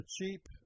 cheap